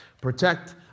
Protect